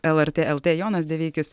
lrt lt jonas deveikis